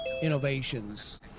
innovations